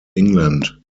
england